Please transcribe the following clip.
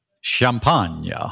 Champagne